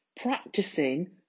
practicing